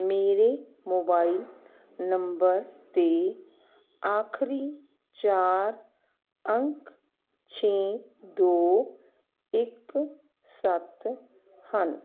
ਮੇਰੇ mobile number ਦੇ ਆਖਰੀ ਚਾਰ ਅੰਕ ਛੇ ਦੋ ਇੱਕ ਸੱਤ ਹਨ